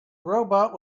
robot